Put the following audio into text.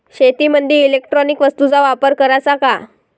शेतीमंदी इलेक्ट्रॉनिक वस्तूचा वापर कराचा का?